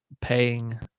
paying